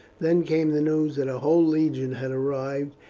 then came the news that a whole legion had arrived,